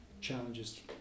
challenges